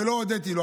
ולא הודיתי לו.